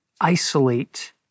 isolate